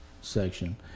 section